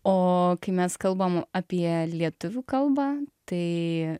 o kai mes kalbam apie lietuvių kalbą tai